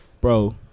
Bro